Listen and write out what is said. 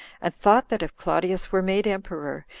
and thought that if claudius were made emperor,